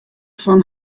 fan